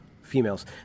females